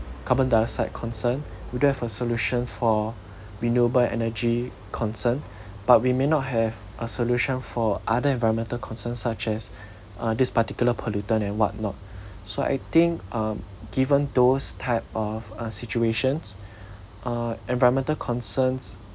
carbon dioxide concern we do have a solution for renewable energy concern but we may not have a solution for other environmental concerns such as uh this particular pollutant and whatnot so I think um given those type of uh situations uh environmental concerns